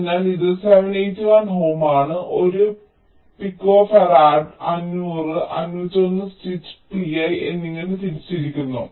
അതിനാൽ ഇത് 781 ohm ആണ് 1 പിക്കോഫറാഡ് 500 501 സ്റ്റിച്ച് Pi എന്നിങ്ങനെ തിരിച്ചിരിക്കുന്നു